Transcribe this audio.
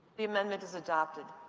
the amendment is adopted.